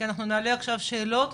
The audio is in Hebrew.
כי אנחנו נעלה עכשיו שאלות,